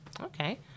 Okay